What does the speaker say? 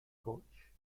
coach